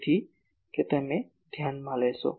તેથી કે તમે ધ્યાનમાં લેશો